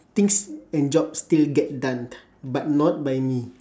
things and jobs still get done but not by me